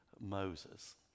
Moses